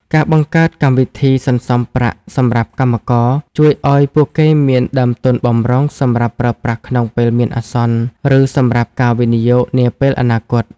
ការបង្កើតកម្មវិធីសន្សំប្រាក់សម្រាប់កម្មករ ជួយឱ្យពួកគេមានដើមទុនបម្រុងសម្រាប់ប្រើប្រាស់ក្នុងពេលមានអាសន្ន ឬសម្រាប់ការវិនិយោគនាពេលអនាគត។